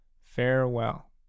Farewell